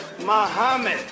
Muhammad